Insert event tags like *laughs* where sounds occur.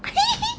*laughs*